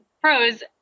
pros